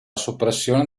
soppressione